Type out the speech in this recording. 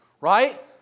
Right